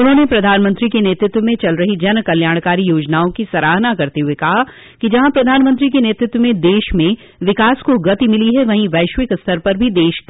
उन्होंने पधानमंत्री के नेतृत्व में चल रही जनकल्याणकारी योजनाओं की सराहना करते हुए कहा कि जहां प्रधानमंत्री के नेतृत्व में देश में विकास को गति मिली है वहीं वैश्विक स्तर पर भी देश